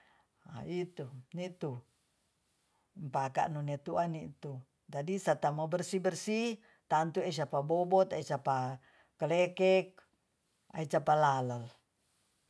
A itu nitu bakanunetuan nitu jadi serta mobersih-bersih tantu e sapa bobot sapa kelekek ai capa lalok